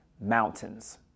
mountains